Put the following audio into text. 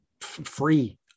free